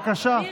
בבקשה.